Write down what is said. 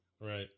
right